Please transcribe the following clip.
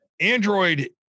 Android